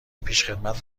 پیشخدمت